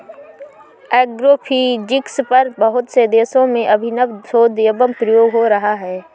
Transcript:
agrophysics पर बहुत से देशों में अभिनव शोध एवं प्रयोग हो रहा है